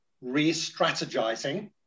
re-strategizing